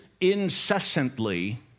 incessantly